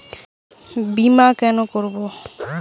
বিমা কেন করব?